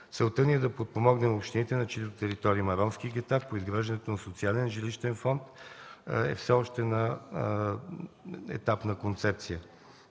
Целта ни е да подпомогнем общините, на чиито територии има ромски гета. По изграждането на социален жилищен фонд – все още е на етап концепция.